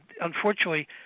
unfortunately